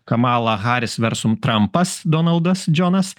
kamala haris versum trampas donaldas džonas